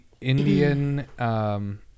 Indian